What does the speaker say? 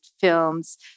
films